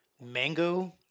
mango